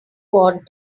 watt